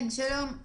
שלום,